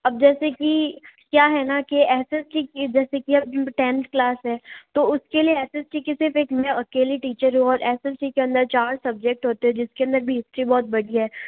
अब जैसे कि क्या है क्या है ना कि एस एस टी जैसे कि अब टेन्थ क्लास है तो उस के लिए एस एस टी की सिर्फ़ एक मैं अकेली टीचर हूँ और एस एस टी के अंदर चार सब्जेक्ट होते हैं जिस के अंदर भी हिस्ट्री बहुत बड़ी है